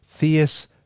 Theus